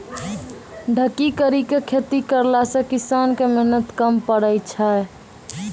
ढकी करी के खेती करला से किसान के मेहनत कम पड़ै छै